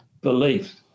beliefs